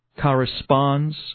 corresponds